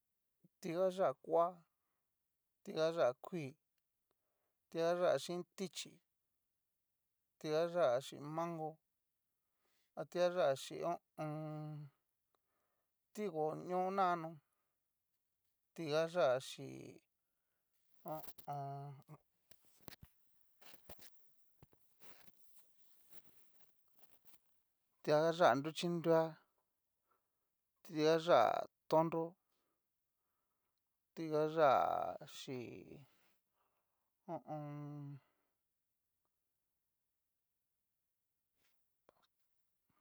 Ti ayá kua, ti ayá kuii, ti ayá xhin tichí, ti ayá chín mango, a ti ayá chín ho o on. tigoño nanó, ti ayá xí ho o on ti ayá nruchi nrua, ti ayá tonnro, ti ayá xii ho o on.